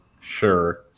sure